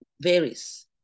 varies